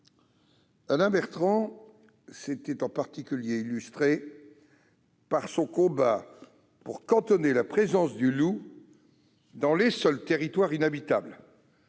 Alain Bertrand s'était en particulier illustré par son combat pour cantonner la présence du loup dans les seuls territoires inhabitables,